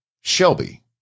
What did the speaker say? Shelby